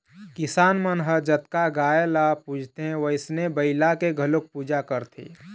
किसान मन ह जतका गाय ल पूजथे वइसने बइला के घलोक पूजा करथे